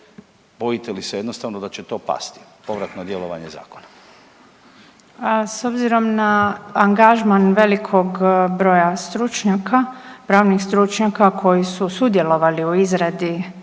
bojite li se jednostavno da će to pasti, povratno djelovanje zakona? **Obuljen Koržinek, Nina (HDZ)** S obzirom na angažman velikog broja stručnjaka, pravnih stručnjaka koji su sudjelovali u izradi